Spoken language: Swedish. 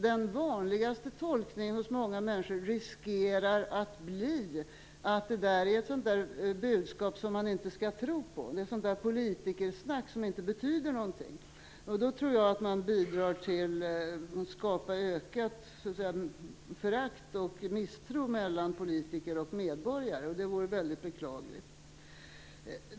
Den vanligaste tolkningen hos många människor riskerar att bli att det här är ett sådant där budskap som man inte skall tro på, sådant där politikersnack som inte betyder någonting. Då tror jag att man bidrar till att skapa ökat förakt och ökad misstro mellan politiker och medborgare, och det vore väldigt beklagligt.